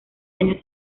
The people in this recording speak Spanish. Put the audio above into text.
año